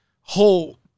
whole